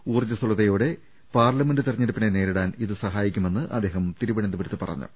ഊർജ്ജസ്വലതയോടെ parliament തിരഞ്ഞെടുപ്പിനെ നേരിടാൻ ഇത് സഹായിക്കുമെന്നും അദ്ദേഹം തിരുവനന്തപുരത്ത് പറഞ്ഞു